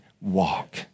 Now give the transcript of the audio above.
walk